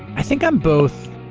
i think i'm both